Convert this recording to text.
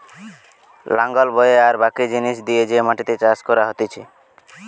লাঙল বয়ে আর বাকি জিনিস দিয়ে যে মাটিতে চাষ করা হতিছে